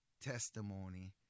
testimony